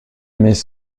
mes